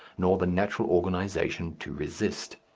nor the natural organization to resist.